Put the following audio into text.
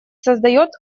создает